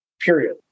period